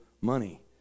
money